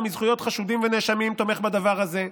מזכויות חשודים ונאשמים תומך בדבר הזה.